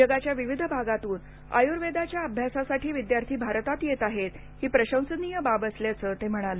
जगाच्या विविध भागातून आयुर्वेदाच्या अभ्यासासाठी विद्यार्थी भारतात येत आहेत ही प्रशंसनीय बाब असल्याचं ते म्हणाले